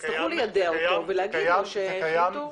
יצטרכו ליידע אותו ולהגיד לו שהחליטו --- אגב,